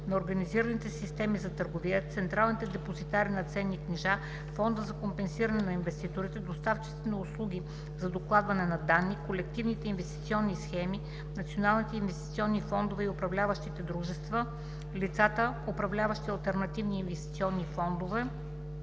на организираните системи за търговия, централните депозитари на ценни книжа, Фонда за компенсиране на инвеститорите, доставчиците на услуги за докладване на данни, колективните инвестиционни схеми, националните инвестиционни фондове и управляващите дружества, лицата, управляващи алтернативни инвестиционни фондове,